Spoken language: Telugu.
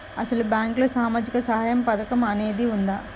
అసలు బ్యాంక్లో సామాజిక సహాయం పథకం అనేది వున్నదా?